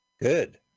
Good